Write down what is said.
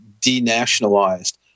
denationalized